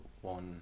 one